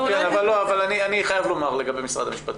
אני חייב לומר לגבי משרד המשפטים.